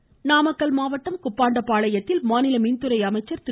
தங்கமணி நாமக்கல் மாவட்டம் குப்பாண்ட பாளையத்தில் மாநில மின்துறை அமைச்சர் திரு